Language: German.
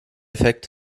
effekt